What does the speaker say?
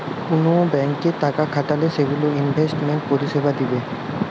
কুন ব্যাংকে টাকা খাটালে সেগুলো ইনভেস্টমেন্ট পরিষেবা দিবে